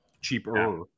cheaper